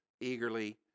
eagerly